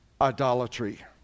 idolatry